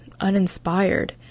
uninspired